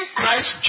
Christ